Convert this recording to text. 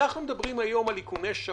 אנחנו מדברים היום על איכוני שב"כ,